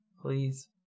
Please